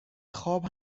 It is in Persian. خواب